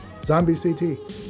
ZombieCT